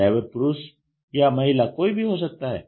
driver पुरुष या महिला कोई भी हो सकता है